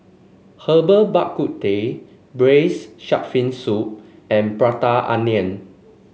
Herbal Bak Ku Teh Braised Shark Fin Soup and Prata Onion